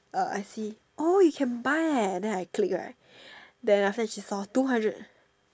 uh I see oh you can buy eh then I click right then after that she saw two hundred